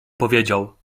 powiedział